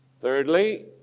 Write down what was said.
Thirdly